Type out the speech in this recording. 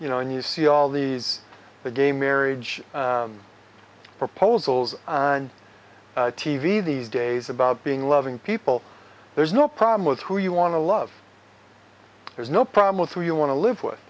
you know and you see all these the gay marriage proposals on t v these days about being loving people there's no problem with who you want to love there's no problem with who you want to live with